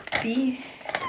Peace